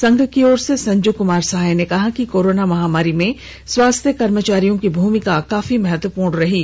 संघ की ओर से संजू कुमार सहाय ने कहा है कि कोरोना महामारी में स्वास्थ्य कर्मचारियों की भूमिका काफी महत्वपूर्ण रही है